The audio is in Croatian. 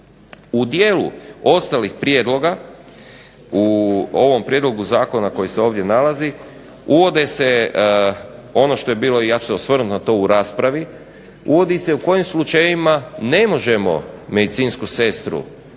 U dijelu ostalih prijedloga, u ovom prijedlogu zakona koji se ovdje nalazi uvode se, ono što je bilo i ja ću se osvrnuti na to u raspravi, uvodi se u kojim slučajevima ne možemo medicinsku sestru na neki